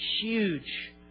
huge